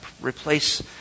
replace